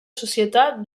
societat